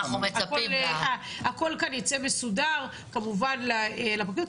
הכול כאן יצא מסודר כמובן לפרקליטות.